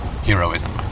heroism